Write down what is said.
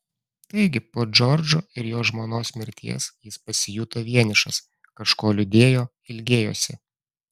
taigi po džordžo ir jo žmonos mirties jis pasijuto vienišas kažko liūdėjo ilgėjosi